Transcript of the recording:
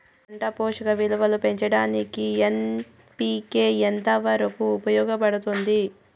పంట పోషక విలువలు పెంచడానికి ఎన్.పి.కె ఎంత వరకు ఉపయోగపడుతుంది